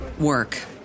work